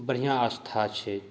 बढ़िआँ आस्था छै